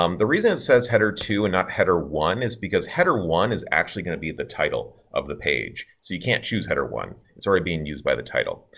um the reason it says header to and not header one is because header one is actually going to be the title of the page, so you can't choose header one, it's already being used by the title.